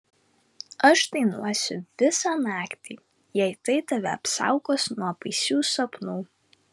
aš dainuosiu visą naktį jei tai tave apsaugos nuo baisių sapnų